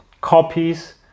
copies